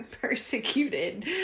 persecuted